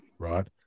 right